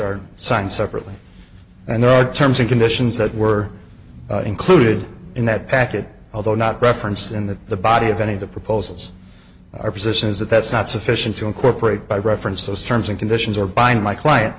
are signed separately and there are terms and conditions that were included in that package although not referenced in the the body of any of the proposals or positions that that's not sufficient to incorporate by reference those terms and conditions or bind my client